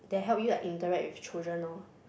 that help you like interact with children lor